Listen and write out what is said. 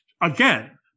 Again